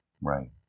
Right